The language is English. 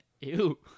Ew